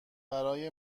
برای